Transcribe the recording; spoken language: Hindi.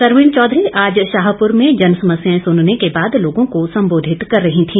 सरवीण चौधरी आज शाहपुर में जनसमस्याएं सुनने के बाद लोगों को संबोधित कर रही थी